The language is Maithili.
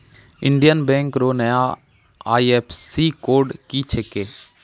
इंडियन बैंक रो नया आई.एफ.एस.सी कोड की छिकै